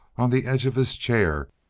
on the edge of his chair,